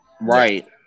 right